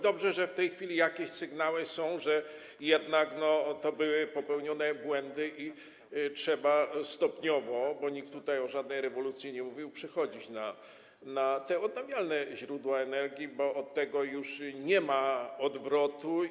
Dobrze, że w tej chwili są jakieś sygnały, że jednak tu były popełnione błędy i trzeba stopniowo, bo nikt tutaj o żadnej rewolucji nie mówił, przechodzić na te odnawialne źródła energii, bo od tego już nie ma odwrotu.